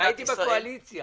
הייתי בקואליציה